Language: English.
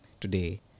today